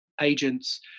agents